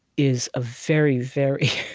is a very, very